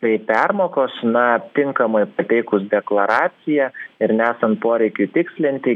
tai permokos na tinkamai pateikus deklaraciją ir nesant poreikiui tikslinti